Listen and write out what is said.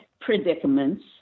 predicaments